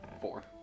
Four